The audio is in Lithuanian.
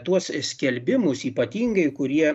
tuos skelbimus ypatingai kurie